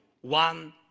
one